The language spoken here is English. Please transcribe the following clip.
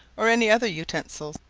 or any other utensil.